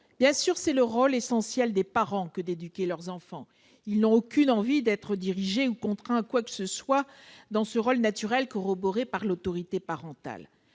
Bien sûr, c'est le rôle essentiel des parents que d'éduquer leurs enfants. Ils n'ont aucune envie d'être dirigés ou contraints en quoi que ce soit dans ce rôle naturel corroboré par l'autorité parentale.